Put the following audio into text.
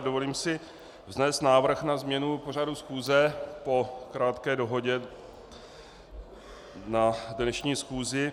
Dovoluji si přednést návrh na změnu pořadu schůze po krátké dohodě na dnešní schůzi.